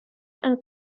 and